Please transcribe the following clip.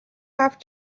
have